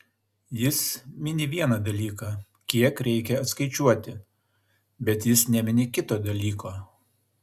jis mini vieną dalyką kiek reikia atskaičiuoti bet jis nemini kito dalyko